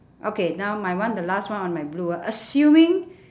okay now my one the last one on my blue ah assuming